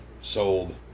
sold